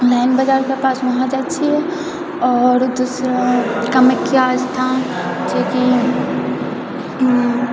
line बाजारके पास वहाँ जाइत छिऐ आओर दूसरा कामाख्या स्थान जेकि